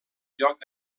lloc